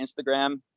Instagram